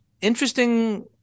interesting